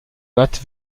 hâte